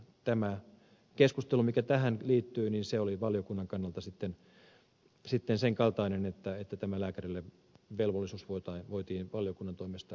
tämä keskustelu mikä tähän liittyi oli valiokunnan kannalta sitten sen kaltainen että tämä velvollisuus voitiin lääkärille valiokunnan toimesta osoittaa